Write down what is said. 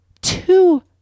Two